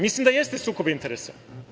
Mislim da jeste sukob interesa.